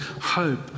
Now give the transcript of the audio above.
hope